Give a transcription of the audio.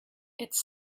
it’s